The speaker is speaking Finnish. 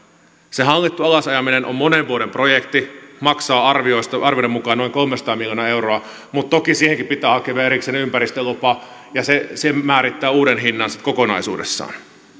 se hallittu alasajaminen on monen vuoden projekti maksaa arvioiden mukaan noin kolmesataa miljoonaa euroa mutta toki siihenkin pitää hakea vielä erikseen ympäristölupa ja se se määrittää uuden hinnan kokonaisuudessaan